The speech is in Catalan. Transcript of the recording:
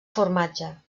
formatge